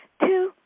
Two